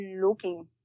looking